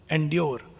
Endure